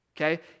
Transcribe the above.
okay